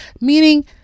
Meaning